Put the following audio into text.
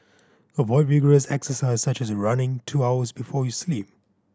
avoid vigorous exercise such as running two hours before you sleep